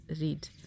read